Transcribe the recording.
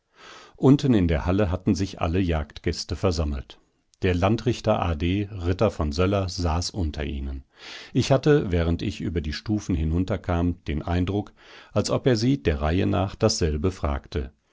unten in der halle hatten sich alle jagdgäste versammelt der landrichter a d ritter von söller saß unter ihnen ich hatte während ich über die stufen hinunterkam den eindruck als ob er sie der reihe nach dasselbe fragte